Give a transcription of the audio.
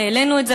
והעלינו את זה,